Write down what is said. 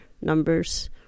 numbers